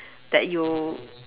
that you